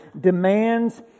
demands